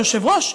היושב-ראש,